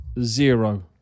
zero